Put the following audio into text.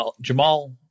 Jamal